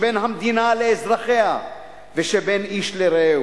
שבין המדינה לאזרחיה ושבין איש לרעהו.